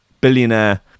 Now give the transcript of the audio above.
billionaire